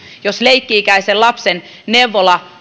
jos tavallisen perheen leikki ikäisen lapsen neuvola